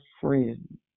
friend